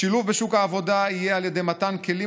השילוב בשוק העבודה יהיה על ידי מתן כלים